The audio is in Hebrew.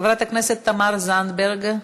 חברת הכנסת תמר זנדברג,